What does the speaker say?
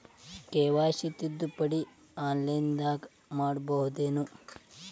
KYC ತಿದ್ದುಪಡಿ ಆನ್ಲೈನದಾಗ್ ಮಾಡ್ಬಹುದೇನು?